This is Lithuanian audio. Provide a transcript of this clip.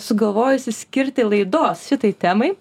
sugalvojusi skirti laidos šitai temai